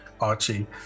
archie